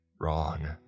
Wrong